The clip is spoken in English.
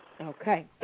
Okay